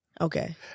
Okay